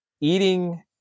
eating